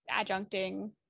adjuncting